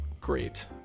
great